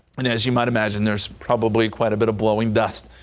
and as you might imagine, there's probably quite a bit of blowing dust.